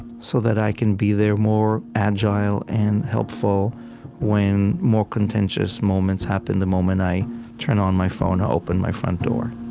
so that i can be there, more agile and helpful when more contentious moments happen the moment i turn on my phone or open my front door